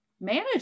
manage